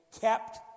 kept